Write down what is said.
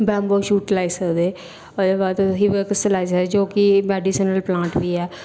बैंगो shoot लाई सकदे ओह्दे बाद लाई सकदे जो कि मेडिसिनल प्लांट बी ऐ